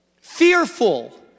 Fearful